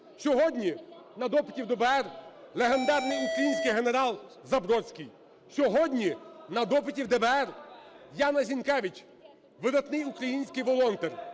Сьогодні на допиті в ДБР легендарний український генерал Забродський. Сьогодні на допиті в ДБР Яна Зінкевич – видатний український волонтер.